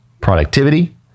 productivity